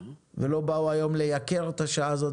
ולא באו היום לייקר את השעה הזאת,